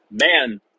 man